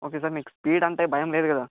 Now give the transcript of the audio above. okay sir మీకు speed అంటే భయం లేదు కదా